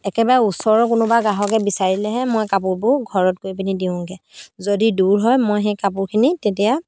একেবাৰে ওচৰৰ কোনোবা গ্ৰাহকে বিচাৰিলেহে মই কাপোৰবোৰ ঘৰত গৈ পিনি দিওঁগৈ যদি দূৰ হয় মই সেই কাপোৰখিনি তেতিয়া